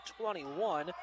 21